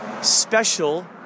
special